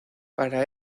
para